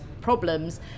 problems